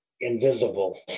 invisible